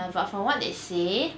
but from what they say